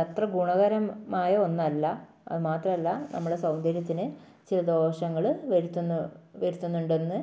അതത്ര ഗുണകരമായ ഒന്നല്ല അത് മാത്രല്ല നമ്മുടെ സൗന്ദര്യത്തിന് ഇച്ചിരി ദോഷങ്ങൾ വരുത്തുന്ന വരുത്തുന്നുണ്ടെന്ന്